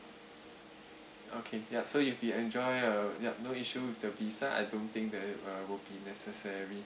okay ya so you'll be enjoy a ya no issue with the visa I don't think that uh will be necessary